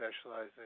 specializing